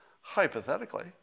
hypothetically